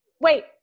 Wait